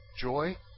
Joy